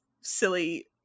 silly